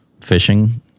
fishing